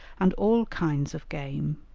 and all kinds of game.